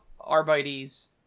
Arbites